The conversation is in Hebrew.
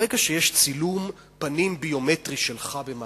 ברגע שיש צילום פנים ביומטרי שלך במאגר,